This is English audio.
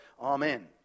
Amen